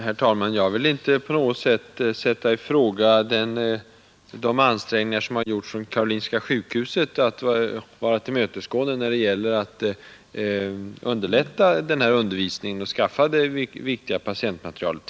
Herr talman! Jag vill inte på något vis ifrågasätta de ansträngningar som gjorts från Karolinska sjukhuset att vara tillmötesgående när det gäller att underlätta ifrågavarande undervisning och skaffa fram det viktiga patientmaterialet.